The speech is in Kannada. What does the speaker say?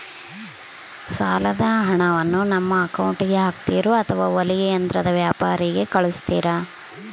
ಸಾಲದ ಹಣವನ್ನು ನಮ್ಮ ಅಕೌಂಟಿಗೆ ಹಾಕ್ತಿರೋ ಅಥವಾ ಹೊಲಿಗೆ ಯಂತ್ರದ ವ್ಯಾಪಾರಿಗೆ ಕಳಿಸ್ತಿರಾ?